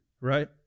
right